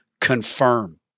confirm